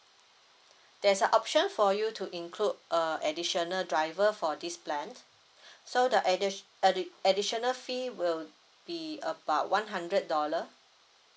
there's a option for you to include a additional driver for this plan so the addish~ addi~ additional fee will be about one hundred dollar